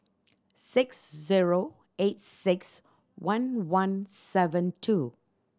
six zero eight six one one seven two